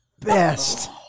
best